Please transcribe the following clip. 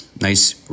Nice